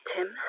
Tim